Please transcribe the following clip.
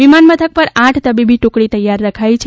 વિમાનમથક પર આઠ તવીબી ટુકડી તૈયાર રાખી છે